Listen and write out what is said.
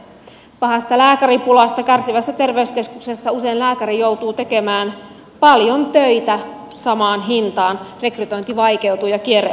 pahasta lääkäripulasta kärsivässä terveyskeskuksessa lääkäri joutuu usein tekemään paljon töitä samaan hintaan rekrytointi vaikeutuu ja kierre on näin valmis